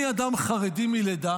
אני אדם חרדי מלידה